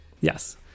Yes